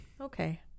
Okay